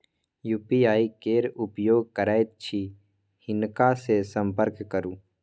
UPI केर उपयोग करैत छी हिनका सँ संपर्क करु